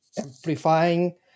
amplifying